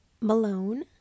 Malone